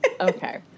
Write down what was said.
Okay